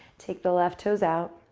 take the left toes out